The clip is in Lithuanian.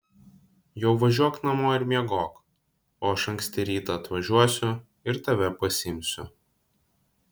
jau važiuok namo ir miegok o aš anksti rytą atvažiuosiu ir tave pasiimsiu